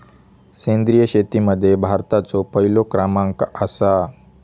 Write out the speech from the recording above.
सेंद्रिय शेतीमध्ये भारताचो पहिलो क्रमांक आसा